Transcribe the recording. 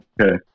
Okay